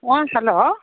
ಹಾಂ ಹಲೋ